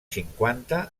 cinquanta